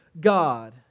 God